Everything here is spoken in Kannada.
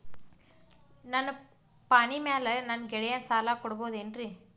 ನನ್ನ ಪಾಣಿಮ್ಯಾಲೆ ನನ್ನ ಗೆಳೆಯಗ ಸಾಲ ಕೊಡಬಹುದೇನ್ರೇ?